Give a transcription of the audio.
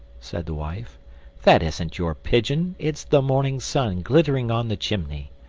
said the wife that isn't your pigeon, it's the morning sun glittering on the chimney.